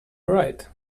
right